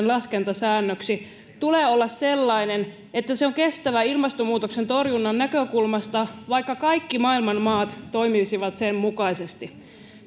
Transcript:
laskentasäännöksi tulee olla sellainen että se on kestävä ilmastonmuutoksen torjunnan näkökulmasta vaikka kaikki maailman maat toimisivat sen mukaisesti